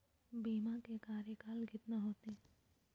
बीमा के कार्यकाल कितना होते?